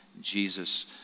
Jesus